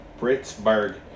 Pittsburgh